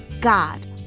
God